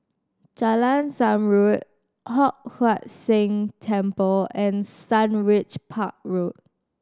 Jalan Zamrud Hock Huat Seng Temple and Sundridge Park Road